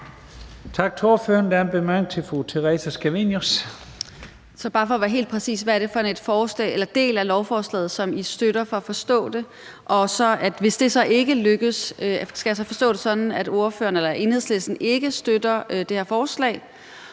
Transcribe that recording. Hvad er det for en del af lovforslaget, som I støtter? Det er bare for at forstå det. Og hvis det så ikke lykkes, skal jeg så forstå det sådan, at Enhedslisten ikke støtter det her forslag?